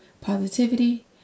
positivity